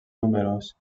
números